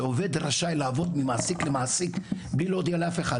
שעובד רשאי לעבור ממעסיק למעסיק בלי להודיע לאף אחד,